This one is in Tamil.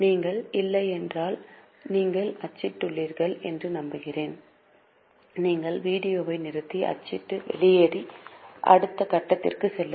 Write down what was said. நீங்கள் இல்லையென்றால் நீங்கள் அச்சிட்டுள்ளீர்கள் என்று நம்புகிறேன் இங்கே வீடியோவை நிறுத்தி அச்சிட்டு வெளியேறி அடுத்த கட்டத்திற்கு செல்லுங்கள்